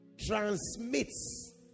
transmits